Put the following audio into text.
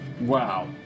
Wow